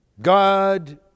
God